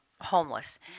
homeless